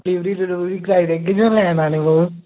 जरूरी जरूरी चाहिदे कियां लैने पौग